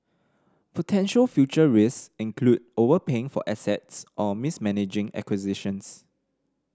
potential future risk include overpaying for assets or mismanaging acquisitions